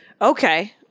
Okay